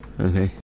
Okay